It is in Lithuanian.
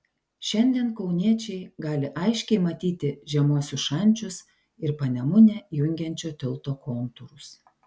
šiandien kauniečiai gali aiškiai matyti žemuosius šančius ir panemunę jungiančio tilto kontūrus